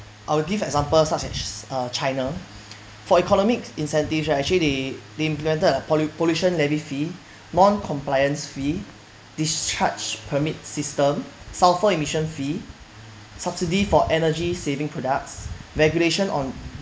I will give examples such as uh china for economic incentives right actually they they implemented pollute pollution levy fee non-compliance fee discharge permit system sulphur emission fee subsidy for energy saving products regulation on